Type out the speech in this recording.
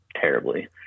terribly